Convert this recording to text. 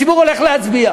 הציבור הולך להצביע.